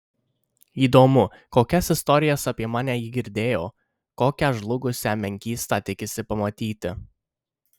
įdomu kokias istorijas apie mane ji girdėjo kokią žlugusią menkystą tikisi pamatyti